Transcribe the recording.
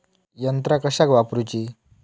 यंत्रा कशाक वापुरूची?